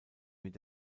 mit